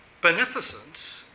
beneficence